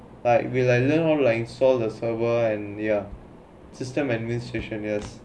like we like learn online saw the server and ya system administration yes